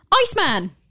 Iceman